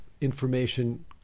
information